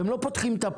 והם לא פותחים את הפה.